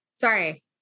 Sorry